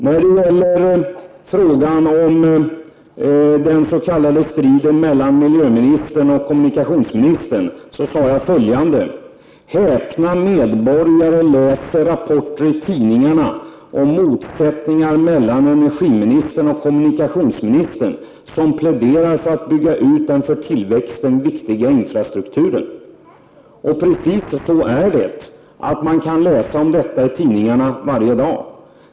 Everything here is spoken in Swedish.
När det gäller frågan om den s.k. striden mellan miljöministern och kommunikationsministern sade jag följande: ”Häpna medborgare läser rapporter i tidningarna om motsättningar mellan energiministern och kommunikationsministern, som pläderar för att bygga ut den för tillväxten viktiga infrastrukturen.” Precis så är det — man kan läsa om detta i tidningarna varje dag.